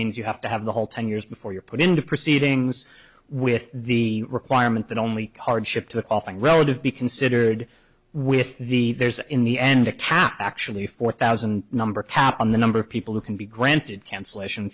means you have to have the whole ten years before you're put into proceedings with the requirement that only hardship to often relative be considered with the there's in the end a cap actually four thousand number cap on the number of people who can be granted cancelation